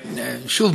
שוב,